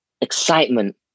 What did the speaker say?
excitement